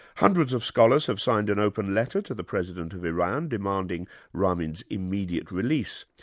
hundreds of scholars have signed an open letter to the president of iran demanding ramin's immediate release.